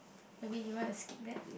maybe you wanna skip that